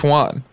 one